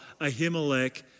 Ahimelech